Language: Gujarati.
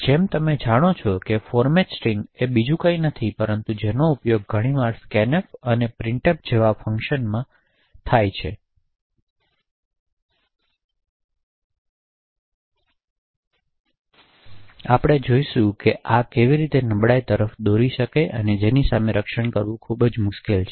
તેથી જેમ તમે જાણો છો કે ફોર્મેટ સ્ટ્રિંગ એ કંઈક છે જેનો ઉપયોગ ઘણીવાર સ્કેનફ અને પ્રિન્ટફ જેવા ફંકશન દ્વારા કરવામાં આવે છે અને આપણે જોશું કે આ કેવી રીતે નબળાઈ તરફ દોરી શકે છે જેની સામે રક્ષણ કરવું ખૂબ મુશ્કેલ છે